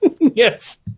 Yes